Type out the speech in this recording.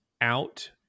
out